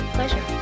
Pleasure